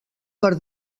per